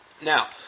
Now